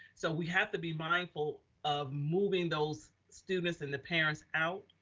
so we have to be mindful of moving those students and the parents out.